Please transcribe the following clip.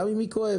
גם אם היא כואבת